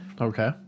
Okay